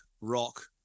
rock